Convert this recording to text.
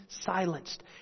silenced